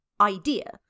idea